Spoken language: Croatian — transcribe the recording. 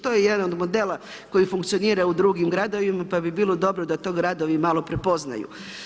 To je jedan od modela koji funkcionira u drugim gradovima pa bi bilo dobro da to gradovi malo prepoznaju.